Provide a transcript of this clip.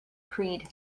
creed